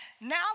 now